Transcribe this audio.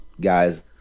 guys